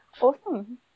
awesome